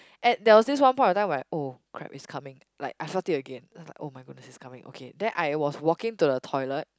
at there was this one point of time where oh crap is coming like I felt it again then I was like oh-my-goodness is coming okay then I was walking to the toilet